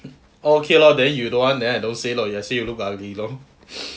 okay lor then you don't want then I don't say lor I say you look ugly lor